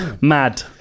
Mad